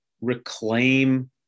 reclaim